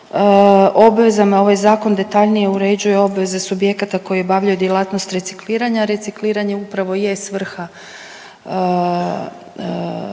o obvezama, ovaj zakon detaljnije uređuje obveze subjekata koji obavljaju djelatnost recikliranja, recikliranje upravo je svrha